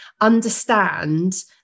understand